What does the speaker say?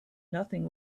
nothing